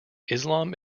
islam